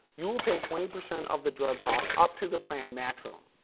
you'll pay twenty percent of the drug cost up to the plan maximum,